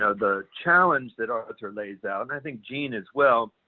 ah the challenge that arthur lays out, and i think gene as well,